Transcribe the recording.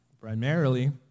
primarily